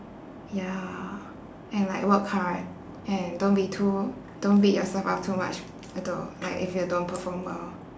ya and like work hard and don't be too don't beat yourself up too much like if you don't perform well